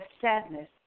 sadness